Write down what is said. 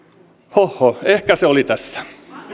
hohhoh ehkä se oli tässä